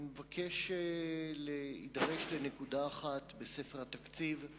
אני מבקש להידרש לנקודה אחת בספר התקציב,